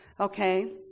Okay